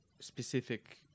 specific